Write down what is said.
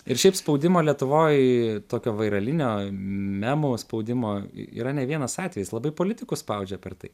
ir šiaip spaudimo lietuvoj tokio vairalinio memų spaudimo yra ne vienas atvejis labai politikus spaudžia per tai